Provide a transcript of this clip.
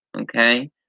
Okay